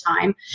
time